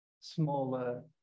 smaller